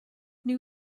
new